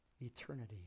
Eternity